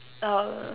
err